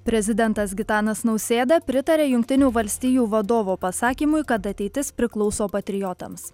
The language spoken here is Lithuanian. prezidentas gitanas nausėda pritarė jungtinių valstijų vadovo pasakymui kad ateitis priklauso patriotams